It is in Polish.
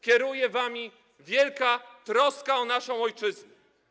Kieruje wami wielka troska o naszą ojczyznę.